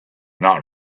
not